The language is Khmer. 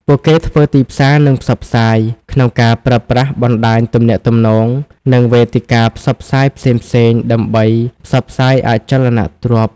ពួកគេធ្វើទីផ្សារនិងផ្សព្វផ្សាយ ក្នុងការប្រើប្រាស់បណ្តាញទំនាក់ទំនង និងវេទិកាផ្សព្វផ្សាយផ្សេងៗដើម្បីផ្សព្វផ្សាយអចលនទ្រព្យ។